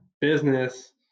business